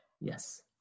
Yes